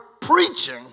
preaching